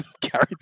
carried